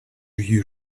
you